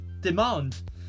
demand